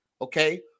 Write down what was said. okay